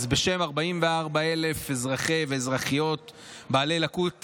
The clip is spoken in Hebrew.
אז בשם 44,000 אזרחים ואזרחיות בעלי לקות שמיעה,